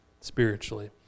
spiritually